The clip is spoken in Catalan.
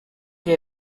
que